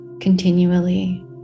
continually